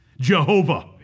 Jehovah